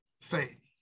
faith